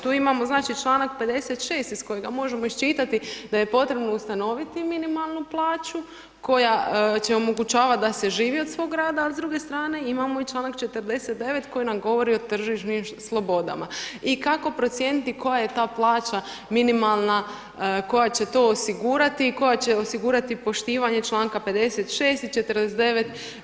Tu imamo znači članak 56. iz kojega možemo iščitati da j potrebno ustanoviti minimalnu plaću koja će omogućavati da se živio od svog rada a s druge strane imamo i članak 49. koji nam govori o tržišnim slobodama i kako procijeniti koja je ta plaća minimalna, koja će to osigurati i koja će osigurati poštovanje članka 56. i 49.